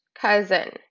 cousin